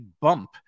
bump